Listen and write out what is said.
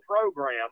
program